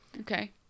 okay